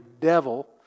devil